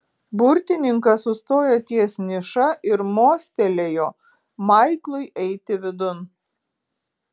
burtininkas sustojo ties niša ir mostelėjo maiklui eiti vidun